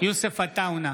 יוסף עטאונה,